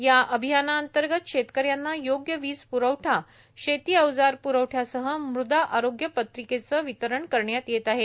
या अभियाना अंतर्गत शेतकऱ्यांना योग्य वीज प्रवठा शेती अवजार प्रवठयासह मुदा आरोग्य पत्रिकेच वितरण करण्यात येत आहे